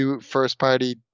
first-party